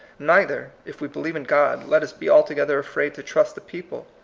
neither, if we believe in god, let us be altogether afraid to trust the people.